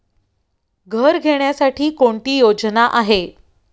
घर घेण्यासाठी कोणती योजना आहे?